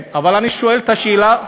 אני בטוח שתקבל תשובה.